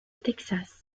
texas